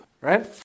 right